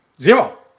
Zero